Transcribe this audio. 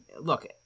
Look